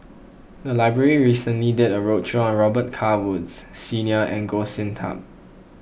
the library recently did a roadshow on Robet Carr Woods Senior and Goh Sin Tub